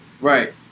Right